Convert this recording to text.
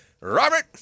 Robert